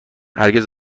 هرگز